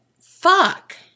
Fuck